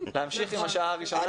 להמשיך עם השעה הראשונה.